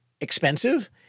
expensive